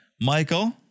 Michael